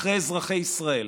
אזרחי ישראל.